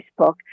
Facebook